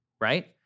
right